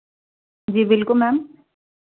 जी बिल्कुल मैम